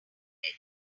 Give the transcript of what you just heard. ahead